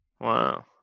wow